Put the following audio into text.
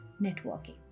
networking